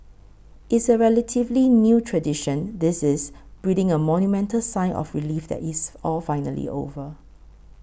it's a relatively new tradition this is breathing a monumental sigh of relief that it's all finally over